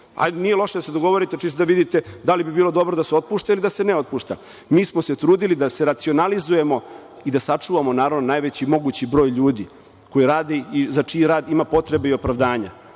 nije loše da se dogovorite čisto da vidite da li bi bilo dobro da se otpušta ili da se ne otpušta. Mi smo se trudili da se racionalizujemo i da sačuvamo naravno najveći mogući broj ljudi koji rade i za čiji rad ima potrebe i opravdanje.